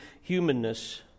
humanness